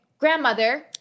grandmother